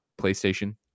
playstation